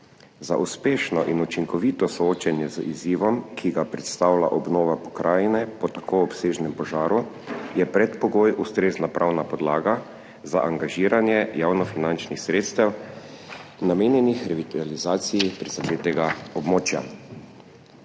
Za uspešno in učinkovito soočanje z izzivom, ki ga predstavlja obnova pokrajine po tako obsežnem požaru, je predpogoj ustrezna pravna podlaga za angažiranje javnofinančnih sredstev, namenjenih revitalizaciji prizadetega območja.